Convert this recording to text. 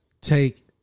take